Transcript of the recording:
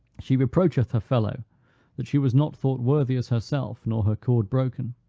she reproacheth her fellow that she was not thought worthy as herself, nor her cord broken.